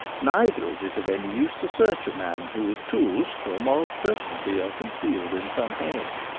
neither is it of any use to search a man whose tools, to a moral certainty, are concealed in some hedge.